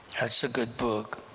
that's a good book,